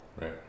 Right